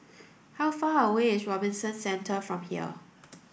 how far away is Robinson Centre from here